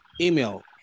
email